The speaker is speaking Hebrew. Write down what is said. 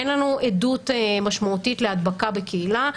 אין לנו עדות משמעותית להדבקה בקהילה.